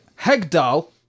Hegdal